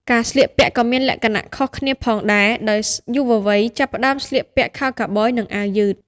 ការស្លៀកពាក់ក៏មានលក្ខណៈខុសគ្នាផងដែរ ដោយយុវវ័យបានចាប់ផ្តើមស្លៀកពាក់ខោខូវប៊យនិងអាវយឺត។